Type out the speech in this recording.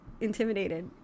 intimidated